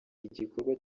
igikorwa